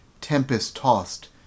tempest-tossed